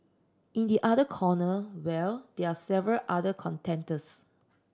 in the other corner well there are several other contenders